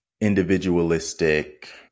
individualistic